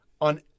on